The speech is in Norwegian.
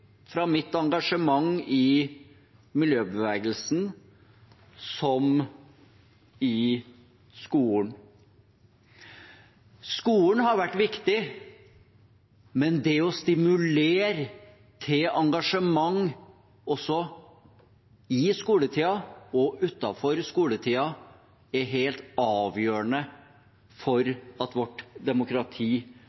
mitt engasjement i miljøbevegelsen som i skolen. Skolen har vært viktig, men det å stimulere til engasjement også i skoletiden og utenfor skoletiden er helt avgjørende for